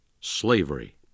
slavery